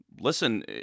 listen